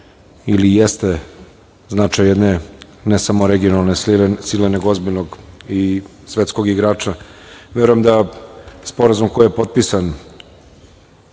ne samo značaj jedne regionalne sile nego ozbiljnog i svetskog igrača. Verujem da sporazum koji je potpisan